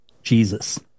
Jesus